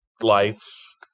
Lights